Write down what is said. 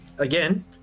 Again